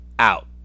Out